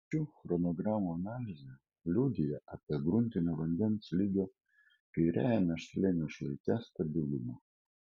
šių chronogramų analizė liudija apie gruntinio vandens lygio kairiajame slėnio šlaite stabilumą